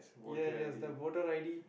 ya yes the voter i_d